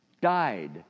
died